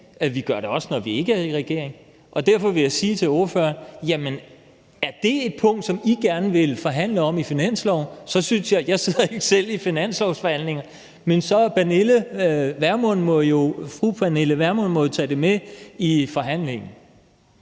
Vi gør det også, når vi ikke er i regering. Derfor vil jeg sige til ordføreren: Jamen er det et punkt, som I gerne vil forhandle om i finansloven, synes jeg – jeg sidder ikke selv i finanslovsforhandlingerne – at fru Pernille Vermund jo må tage det med i forhandlingen.